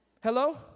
Hello